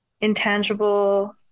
intangible